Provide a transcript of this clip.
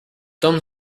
tom